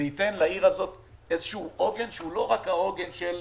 זה ייתן לעיר הזאת איזשהו עוגן שהוא לא רק העוגן של